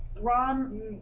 Ron